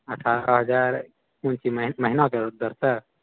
अठारह हजार कोन चीज महीनाके दरसँ